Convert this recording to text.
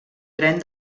tren